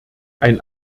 ein